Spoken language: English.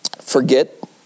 forget